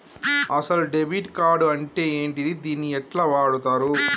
అసలు debit card అంటే ఏంటిది? దీన్ని ఎట్ల వాడుతరు?